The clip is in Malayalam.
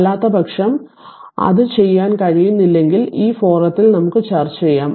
അല്ലാത്തപക്ഷം അത് ചെയ്യാൻ കഴിയുന്നില്ലെങ്കിൽ ഈ ഫോറത്തിൽ നമുക്ക് ചർച്ച ചെയ്യാം